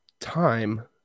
time